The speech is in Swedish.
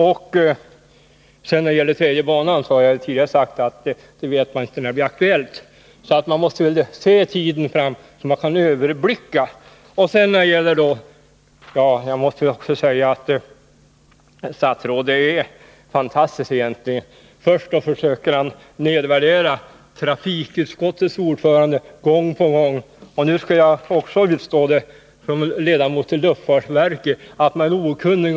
Jag har när det gäller den tredje banan tidigare sagt att vi inte vet när den blir aktuell. Vi får se tiden an. Statsrådet är egentligen fantastisk. Först försöker han gång på gång nedvärdera trafikutskottets ordförande, och nu skall jag, som ledamot av luftfartsverkets styrelse, utstå samma behandling.